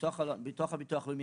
בתוך הביטוח הלאומי,